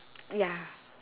ya